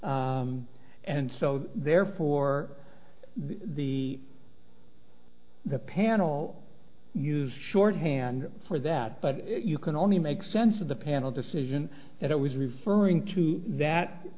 benefits and so therefore the the panel used shorthand for that but you can only make sense of the panel decision that it was referring to that